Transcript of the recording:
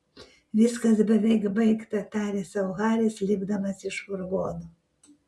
viskas beveik baigta tarė sau haris lipdamas iš furgono